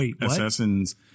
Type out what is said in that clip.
Assassins